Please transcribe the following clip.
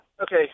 okay